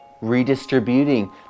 redistributing